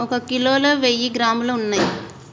ఒక కిలోలో వెయ్యి గ్రాములు ఉన్నయ్